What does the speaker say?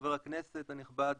חבר הכנסת הנכבד,